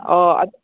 ꯑꯣ